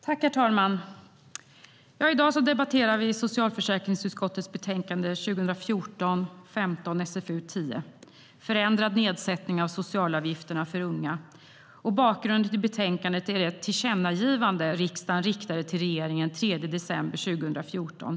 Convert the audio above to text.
Herr talman! I dag debatterar vi socialförsäkringsutskottets betänkande 2014/15:SfU10, Förändrad nedsättning av socialavgifterna för unga . Bakgrunden till betänkandet är det tillkännagivande riksdagen riktade till regeringen den 3 december 2014.